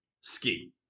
Ski